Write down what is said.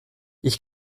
ich